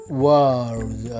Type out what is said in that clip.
world